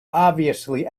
obviously